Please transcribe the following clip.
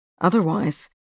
Otherwise